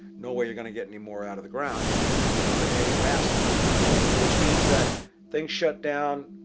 no way you're going to get any more out of the ground any faster which means that things shut down,